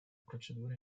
procedura